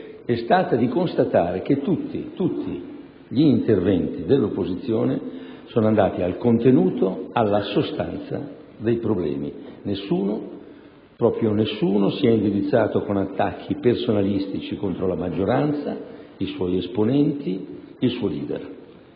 constatare che tutti - dico tutti - gli interventi dell'opposizione sono andati al contenuto, alla sostanza dei problemi. Nessuno, proprio nessuno, si è indirizzato con attacchi personalistici contro la maggioranza, i suoi esponenti e il suo *leader*.